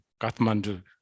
Kathmandu